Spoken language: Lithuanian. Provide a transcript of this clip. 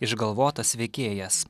išgalvotas veikėjas